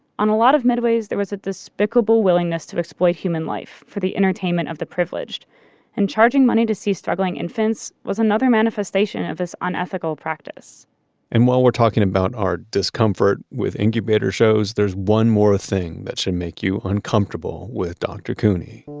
on a lot of midways, there was a despicable willingness to exploit human life for the entertainment of the privileged and charging money to see struggling infants was another manifestation of this unethical practice and while we're talking about our discomfort with incubator shows, there's one more thing that should make you uncomfortable with dr. couney